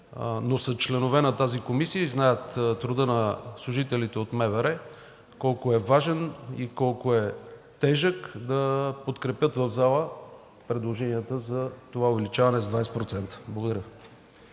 но са членове на тази комисия и знаят труда на служителите от МВР колко е важен и колко е тежък, да подкрепят в зала предложенията за това увеличаване с 20%. Благодаря.